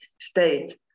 state